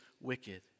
wicked